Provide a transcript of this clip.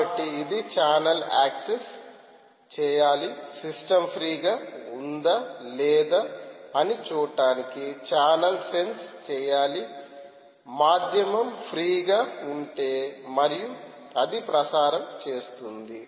కాబట్టి ఇది channel access చేయాలి సిస్టమ్ ఫ్రీ గా ఉందా లేదా అని చూడటానికి ఛానెల్ సెన్స్ చేయాలి మాధ్యమం ఫ్రీ గా ఉంటే మరియు అది ప్రసారం చేస్తుంది